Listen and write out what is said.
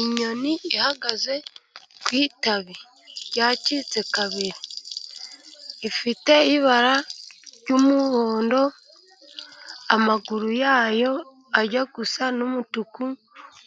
Inyoni ihagaze ku itabi ryacitse kabiri ifite ibara ry'umuhondo ,amaguru yayo ajya gusa n'umutuku,